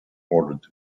ordered